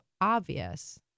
obvious